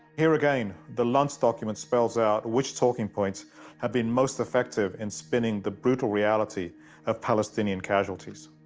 here again, the luntz document spells out which talking points have been most effective in spinning the brutal reality of palestinian casualties.